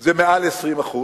זה מעל 20%